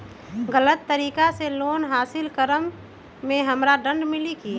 गलत तरीका से लोन हासिल कर्म मे हमरा दंड मिली कि?